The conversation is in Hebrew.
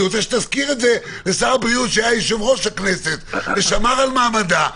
אני רוצה שתזכיר את זה לשר הבריאות שהיה יושב-ראש הכנסת ושמר על מעמדה.